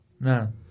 No